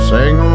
Sing